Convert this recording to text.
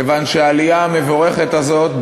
כיוון שהעלייה המבורכת הזאת,